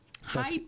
Hi